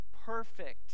Perfect